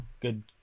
good